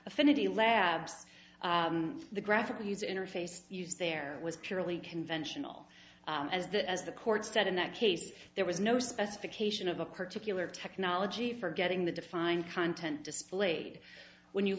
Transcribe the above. affinity labs the graphical user interface use there was purely conventional as that as the court said in that case there was no specification of a particular technology for getting the defined content displayed when you